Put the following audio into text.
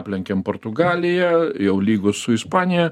aplenkėm portugaliją jau lygūs su ispanija